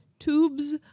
tubes